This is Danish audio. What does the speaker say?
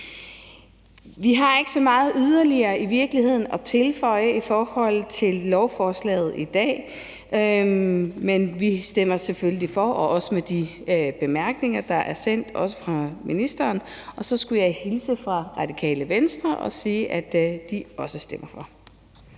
ikke så meget yderligere at tilføje i forhold til lovforslaget i dag. Vi stemmer selvfølgelig for, også med de bemærkninger, der er sendt, også fra ministeren. Og så skulle jeg hilse fra Radikale Venstre og sige, at de også stemmer for.